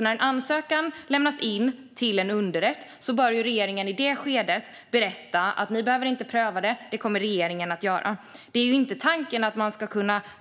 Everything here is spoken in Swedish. När en ansökan lämnas in till en underrätt bör regeringen, i det skedet, berätta att underrätten inte behöver pröva ansökan eftersom regeringen kommer att göra det. Det är inte tanken att man